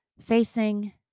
facing